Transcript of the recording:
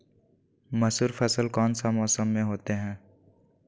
मसूर फसल कौन सा मौसम में होते हैं?